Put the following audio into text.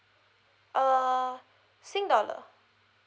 err sing dollar